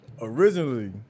originally